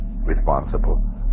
responsible